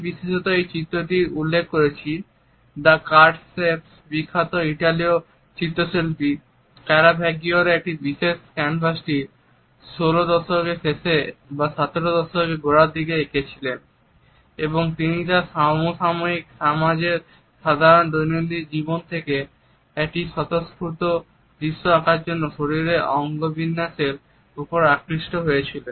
বিখ্যাত ইতালীয় চিত্রশিল্পী কারাভ্যাগিওর এই বিশেষ ক্যানভাসটি 16 শতকের শেষে বা 17 শতকের গোড়ার দিকে এঁকেছিলেন এবং তিনি তাঁর সমসাময়িক সমাজের সাধারণ দৈনন্দিন জীবন থেকে একটি স্বতঃস্ফূর্ত দৃশ্য আঁকার জন্য শরীরের অঙ্গ বিন্যাসের ওপর আকৃষ্ট হয়েছিলেন